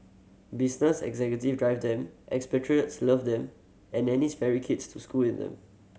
business executive drive them expatriates love them and nannies ferry kids to school in them